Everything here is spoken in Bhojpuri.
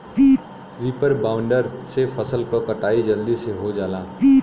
रीपर बाइंडर से फसल क कटाई जलदी से हो जाला